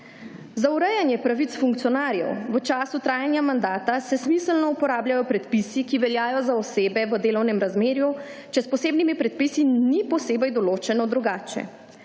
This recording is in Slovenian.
Za urejanje pravic funkcionarjev v času trajanja mandata, se smiselno uporabljajo predpisi, ki veljajo za osebe v delovnem razmerju, če s posebnimi predpisi ni posebej določeno drugače.